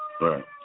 right